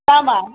दामा